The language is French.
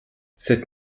cette